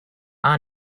are